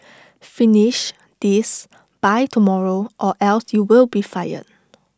finish this by tomorrow or else you'll be fired